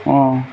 অঁ